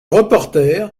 reporter